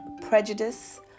prejudice